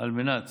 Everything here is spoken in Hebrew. על מנת